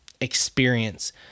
experience